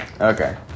Okay